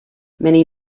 many